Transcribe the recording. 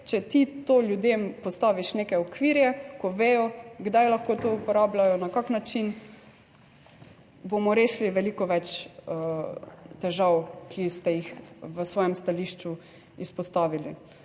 Če ti to, ljudem postaviš neke okvirje, ko vejo kdaj lahko to uporabljajo, na kakšen način, bomo rešili veliko več težav, ki ste jih v svojem stališču izpostavili.